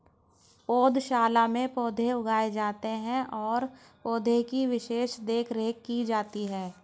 पौधशाला में पौधे उगाए जाते हैं और पौधे की विशेष देखरेख की जाती है